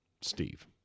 Steve